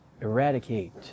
eradicate